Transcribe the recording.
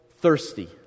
thirsty